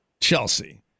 Chelsea